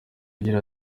agira